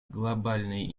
глобальной